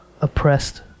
oppressed